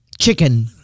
Chicken